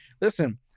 Listen